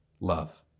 love